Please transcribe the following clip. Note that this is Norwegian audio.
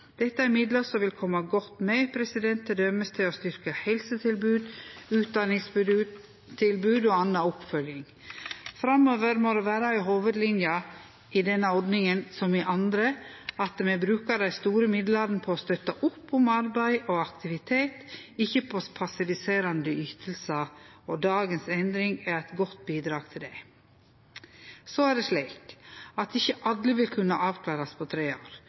Dette er midlar som vil kome godt med til f.eks. å styrkje helsetilbod, utdanningstilbod og anna oppfølging. Framover må det vere ei hovudlinje – i denne ordninga som i andre – at me brukar dei store midlane på å støtte opp om arbeid og aktivitet, ikkje på passiviserande ytingar. Endringa i dag er eit godt bidrag til det. Ikkje alle vil kunne verte avklarte på tre år.